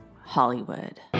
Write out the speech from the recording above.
Hollywood